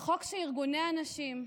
חוק שארגוני הנשים,